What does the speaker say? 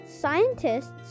Scientists